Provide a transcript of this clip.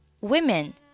Women